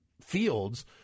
fields